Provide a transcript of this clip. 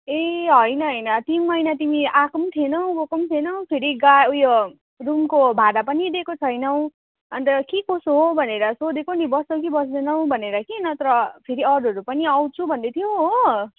ए होइन होइन तिन महिना तिमी आएको पनि थिएनौँ गएको पनि थिएनौँ फेरि गा ऊ यो रुमको भाडा पनि दिएको छैनौँ अन्त के कसो हो भनेर सोधेको नि बस्छौ कि बस्दैनौ भनेर सोधेको नि नत्र फेरि अरूहरू पनि आउँछु भन्दैथ्यो हो